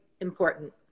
important